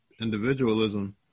individualism